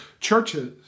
churches